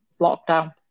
lockdown